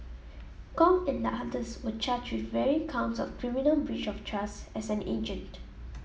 Kong and the others were charged counts of criminal breach of trust as an agent